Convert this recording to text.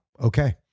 okay